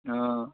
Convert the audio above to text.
অঁ